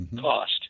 cost